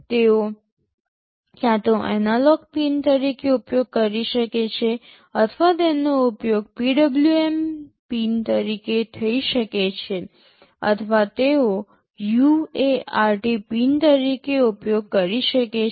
તેઓ ક્યાં તો એનાલોગ પિન તરીકે ઉપયોગ કરી શકે છે અથવા તેનો ઉપયોગ PWM પિન તરીકે થઈ શકે છે અથવા તેઓ UART પિન તરીકે ઉપયોગ કરી શકે છે